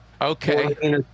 Okay